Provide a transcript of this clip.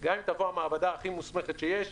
גם אם תבוא המעבדה הכי מוסמכת שיש,